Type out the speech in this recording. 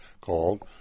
called